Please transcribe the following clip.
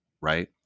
right